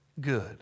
good